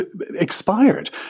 expired